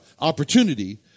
opportunity